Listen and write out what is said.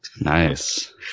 Nice